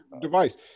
device